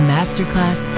Masterclass